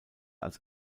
als